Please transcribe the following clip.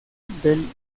del